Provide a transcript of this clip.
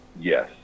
Yes